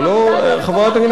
לשם?